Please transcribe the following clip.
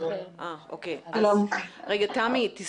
שלום לכולם, כפי